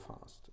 fast